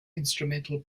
instrumental